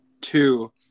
two